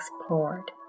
explored